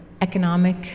economic